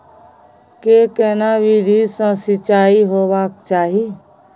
के केना विधी सॅ सिंचाई होबाक चाही?